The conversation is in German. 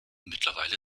mittlerweile